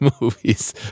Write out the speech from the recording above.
movies